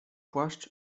płaszcz